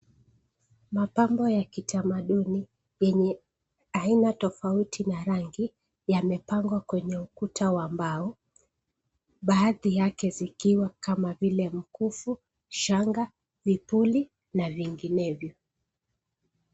Mabango ya kitamaduni yenye aina tofauti na rangi yamepangwa kwenye ukuta wa mbao, baadhi yake vikiwa kama vile mkufu, shanga, vipuli na vinginevyo.